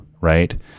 right